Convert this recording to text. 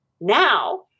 now